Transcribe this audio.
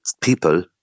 people